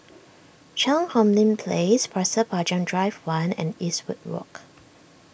Cheang Hong Lim Place Pasir Panjang Drive one and Eastwood Walk